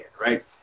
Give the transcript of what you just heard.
right